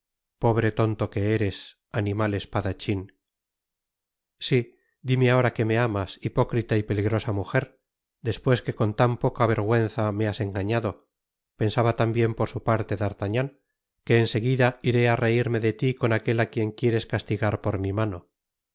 pobre tonto que eres animal espadachin si dime ahora que me amas hipócrita y peligrosa mujer despues que con tan poca v ergüenza me has engañado pensaba tambien por su parte d'artagnan que en seguida iré á reirme de ti con aquel á quien quieres castigar por mi mano